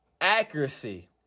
accuracy